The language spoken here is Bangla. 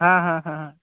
হ্যাঁ হ্যাঁ হ্যাঁ হ্যাঁ